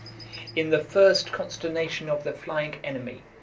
in the first consternation of the flying enemy,